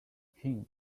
king